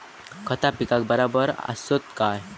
खता पिकाक बराबर आसत काय?